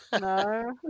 No